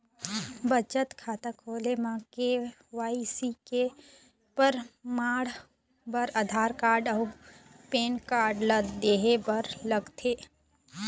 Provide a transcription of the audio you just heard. बचत खाता खोले म के.वाइ.सी के परमाण बर आधार कार्ड अउ पैन कार्ड ला देहे बर लागथे